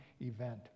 event